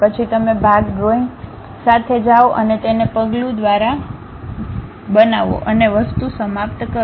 પછી તમે ભાગ ડ્રોઇંગ સાથે જાઓ અને તેને પગલું દ્વારા પગલું બનાવો અને વસ્તુ સમાપ્ત કરો